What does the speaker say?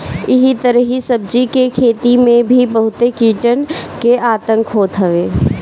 एही तरही सब्जी के खेती में भी बहुते कीटन के आतंक होत हवे